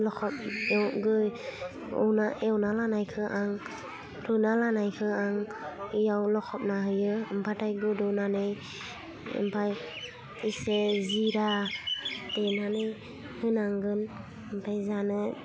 लखब एव गै एवना एवना लानायखौ आं रुना लानायखौ आं बेयाव लखबना होयो ओमफाथाय गोदौनानै ओमफाय इसे जिरा देनानै होनांगोन ओमफाय जानो